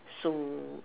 so